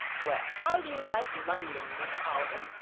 well, how do you like london, miss alden?